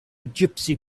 gypsy